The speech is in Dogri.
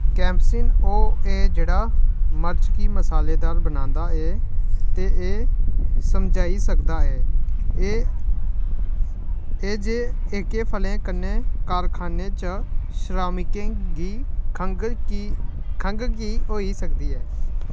कैमसिन ओह् ऐ जेह्ड़ा मर्च गी मसालेदार बनांदा ऐ ते एह् समझाई सकदा ऐ एह् एह् जे एह्के फलें कन्नै कारखानें च श्रमिकें गी खंघ की खंघ की होई सकदी ऐ